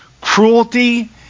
cruelty